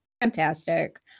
fantastic